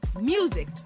music